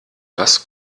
was